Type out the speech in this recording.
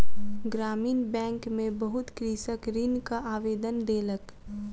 ग्रामीण बैंक में बहुत कृषक ऋणक आवेदन देलक